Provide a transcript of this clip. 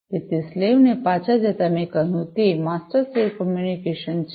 તેથી સ્લેવને પાછા જતા મેં કહ્યું કે તે માસ્ટર સ્લેવ કમ્યુનિકેશન છે